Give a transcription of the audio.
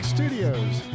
Studios